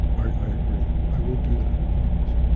i i agree, i will do that, i promise.